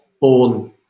born